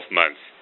months